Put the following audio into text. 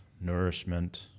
nourishment